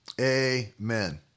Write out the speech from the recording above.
Amen